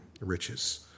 riches